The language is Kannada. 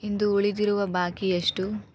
ಇಂದು ಉಳಿದಿರುವ ಬಾಕಿ ಎಷ್ಟು?